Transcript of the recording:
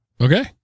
Okay